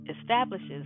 establishes